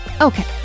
Okay